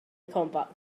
combat